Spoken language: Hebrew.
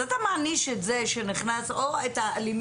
אז אתה מעניש את זה שנכנס או את האלימים